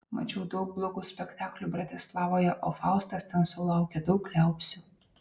mačiau daug blogų spektaklių bratislavoje o faustas ten sulaukė daug liaupsių